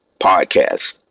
Podcast